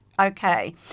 Okay